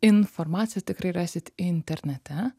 informaci tikrai rasit internete